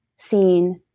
seen,